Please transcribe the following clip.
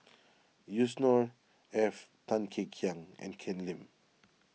Yusnor Ef Tan Kek Hiang and Ken Lim